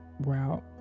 route